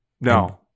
No